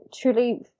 truly